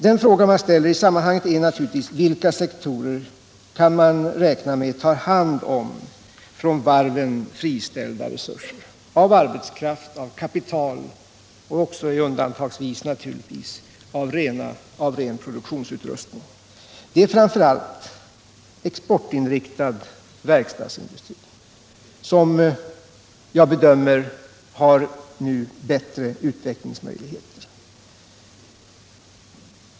Den fråga man ställer i sammanhanget är naturligtvis denna: Vilka sektorer kan man räkna med tar hand om från varven friställda resurser när det gäller arbetskraft, kapital och undantagsvis ren produktionsutrustning? Det är framför allt exportinriktad verkstadsindustri som jag nu bedömer har bättre utvecklingsmöjligheter.